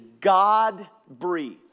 God-breathed